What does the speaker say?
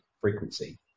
frequency